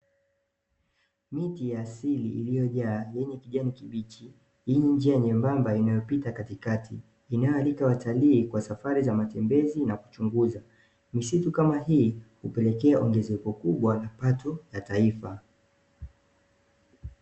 Miti ya asili iliyo jaa yenye kijani kibichi yenye njia nyembamba inayo pita katikati, inayoalika watalii kwa safari za matembezi na kuchunguza, misitu kama hii hupelekea ongezeko kubwa la pato la taifa.